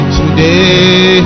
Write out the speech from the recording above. today